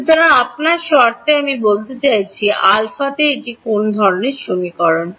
সুতরাং আপনার শর্তে আমি বলতে চাইছি আলফাতে এটি কোন ধরণের সমীকরণ